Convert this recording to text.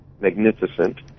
magnificent